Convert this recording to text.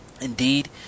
indeed